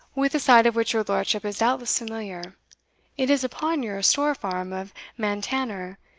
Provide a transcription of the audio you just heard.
with the site of which your lordship is doubtless familiar it is upon your store-farm of mantanner,